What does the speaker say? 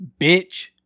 bitch